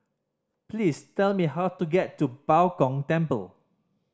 please tell me how to get to Bao Gong Temple